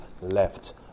left